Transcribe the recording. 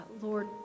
Lord